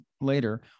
later